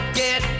get